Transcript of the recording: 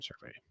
survey